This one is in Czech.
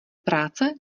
práce